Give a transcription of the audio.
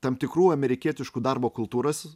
tam tikrų amerikietiškų darbo kultūros